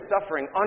suffering